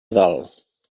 dalt